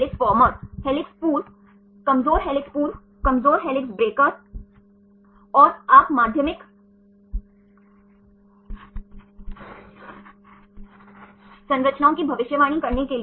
इसलिए जिन डिपप्टाइडों का निर्माण हमारे पास एक पेप्टाइड है और पेप्टाइड है वे पेप्टाइड कैसे बनते हैं